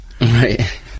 Right